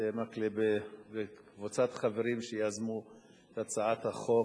מקלב וקבוצת חברים שיזמו את הצעת החוק.